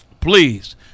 please